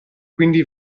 quindi